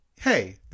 Hey